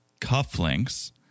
cufflinks